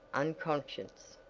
unconscious.